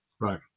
right